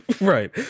Right